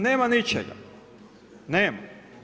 Nema ničega, nema.